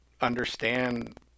understand